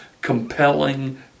compelling